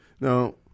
Now